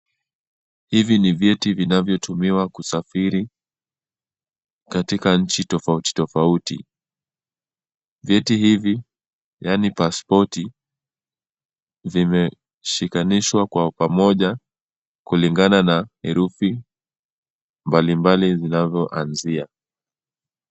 Hivi ni vyeti vinavyotumiwa kusafiri katika nchi tofauti tofauti. Vyeti hivi yaani pasipoti vimeshikanishwa kwa pamoja kulingana na herufi mbalimbali zinazoanzia.